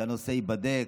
הנושא ייבדק,